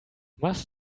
must